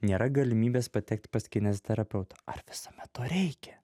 nėra galimybės patekt pas kineziterapeutą ar visada to reikia